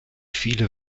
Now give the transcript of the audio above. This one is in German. viele